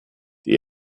die